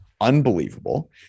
unbelievable